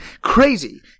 Crazy